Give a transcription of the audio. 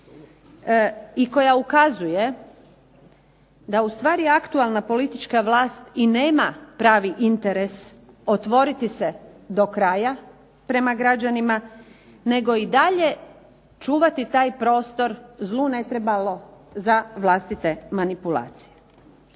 i koja ukazuje da ustvari aktualna politička vlast i nema pravi interes otvoriti se do kraja prema građanima, nego i dalje čuvati taj prostor zlu ne trebalo za vlastite manipulacije.